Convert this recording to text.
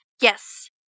Yes